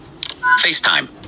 FaceTime